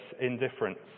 indifference